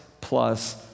plus